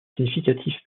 significatif